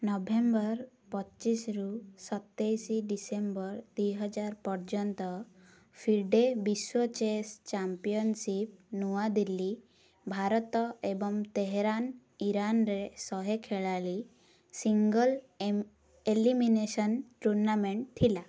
November ପଚିଶରୁ ସତେଇଶ December ଦୁଇ ହଜାର ପର୍ଯ୍ୟନ୍ତ ଫିରଡେ ବିଶ୍ୱ ଚେସ୍ ଚାମ୍ପିଅନସିପ୍ ନୂଆଦିଲ୍ଲୀ ଭାରତ ଏବଂ ତେହେରାନ ଇରାନରେ ଶହେ ଖେଳାଳି ସିଙ୍ଗଲ୍ ଏଲିମିନେସନ୍ ଟୁର୍ଣ୍ଣାମେଣ୍ଟ ଥିଲା